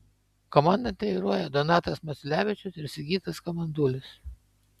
komandą treniruoja donatas maciulevičius ir sigitas kamandulis